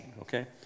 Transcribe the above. Okay